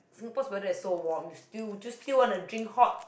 Singapore weather is so warm you still still want to drink hot